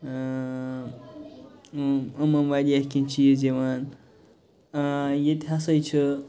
یِم واریاہ کیٚنٛہہ چیٖز یِوان ٲ ییٚتہِ ہسا چھِ